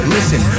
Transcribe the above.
Listen